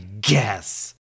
guess